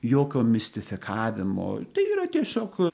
jokio mistifikavimo tai yra tiesiog